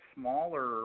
smaller